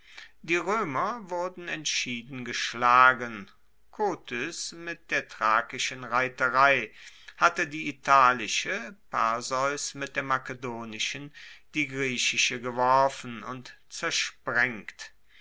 die roemer wurden entschieden geschlagen kotys mit der thrakischen reiterei hatte die italische perseus mit der makedonischen die griechische geworfen und zersprengt